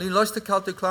אני לא הסתכלתי כלל,